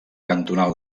cantonal